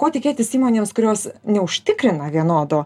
ko tikėtis įmonėms kurios neužtikrina vienodo